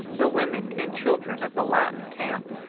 the women and children of the latin camp.